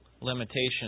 limitations